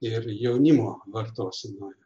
ir jaunimo vartosenoje